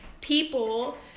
people